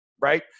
Right